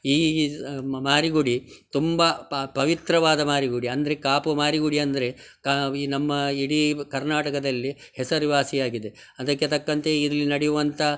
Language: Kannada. ಈ ಮಾರಿಗುಡಿ ತುಂಬಾ ಪವಿತ್ರವಾದ ಮಾರಿಗುಡಿ ಅಂದರೆ ಕಾಪು ಮಾರಿಗುಡಿ ಅಂದರೆ ಕ ಈ ನಮ್ಮ ಇಡೀ ಕರ್ನಾಟಕದಲ್ಲಿ ಹೆಸರುವಾಸಿಯಾಗಿದೆ ಅದಕ್ಕೆ ತಕ್ಕಂತೆ ಇಲ್ಲಿ ನಡೆಯುವಂತ